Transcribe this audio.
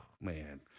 man